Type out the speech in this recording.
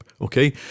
Okay